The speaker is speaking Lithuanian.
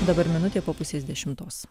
dabar minutė po pusės dešimtos